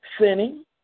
sinning